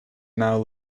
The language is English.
now